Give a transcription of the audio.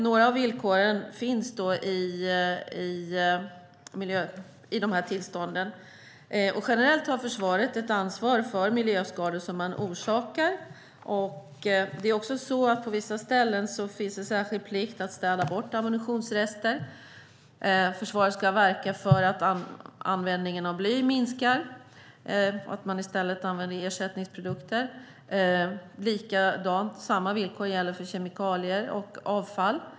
Några av villkoren anges där. Generellt har försvaret ansvar för miljöskador som man orsakar. På vissa ställen finns det också särskild plikt att städa bort ammunitionsrester. Försvaret ska verka för att användningen av bly minskar och att man i stället använder ersättningsprodukter. Samma villkor gäller för kemikalier och avfall.